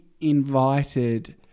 invited